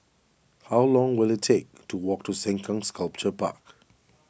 how long will it take to walk to Sengkang Sculpture Park